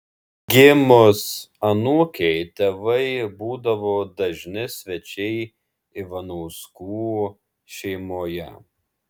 gimus anūkei tėvai būdavo dažni svečiai ivanauskų šeimoje